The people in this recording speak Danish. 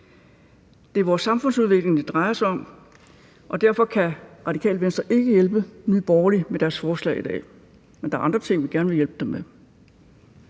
Det er vores samfundsudvikling, det drejer sig om, og derfor kan Radikale Venstre ikke hjælpe Nye Borgerlige med deres forslag i dag. Men der er andre ting, vi gerne vil hjælpe dem med.